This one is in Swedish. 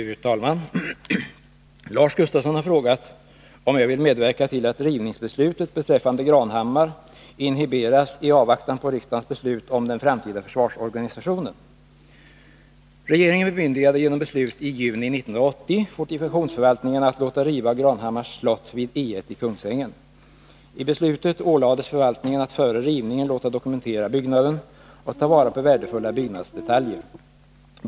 Fru talman! Lars Gustafsson har frågat mig om jag vill medverka till att rivningsbeslutet beträffande Granhammar inhiberas i avvaktan på riksdagens beslut om den framtida försvarsorganisationen. Regeringen bemyndigade genom beslut i juni 1980 fortifikationsförvaltningen att låta riva Granhammars slott vid I 1i Kungsängen. I beslutet ålades förvaltningen att före rivningen låta dokumentera byggnaden och ta vara på värdefulla byggnadsdetaljer.